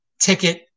ticket